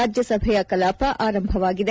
ರಾಜ್ಯಸಭೆಯ ಕಲಾಪ ಆರಂಭವಾಗಿದೆ